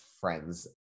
friends